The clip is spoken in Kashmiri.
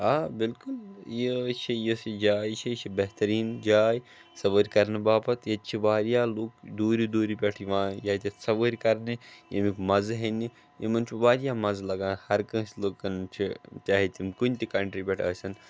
آ بِلکُل یہِ چھِ یُس یہِ جاے چھِ یہِ چھِ بہتریٖن جاے سوٲرۍ کرنہٕ باپتھ ییٚتہِ چھِ واریاہ لوٗکھ دوٗرِ دوٗرِ پٮ۪ٹھ یِوان ییٚتٮ۪تھ سوٲرۍ کرنہٕ ییٚمیُک مَزٕ ہٮ۪نہِ یِمن چھُ واریاہ مَزٕ لَگان ہر کٲنٛسہِ لوٗکن چھُ چاہے تِم کُنہِ تہِ کَنٹری پٮ۪ٹھ آسان